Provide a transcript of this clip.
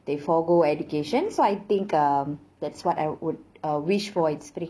they forgo education so I think um that's what I would uh wish for it's free